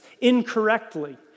incorrectly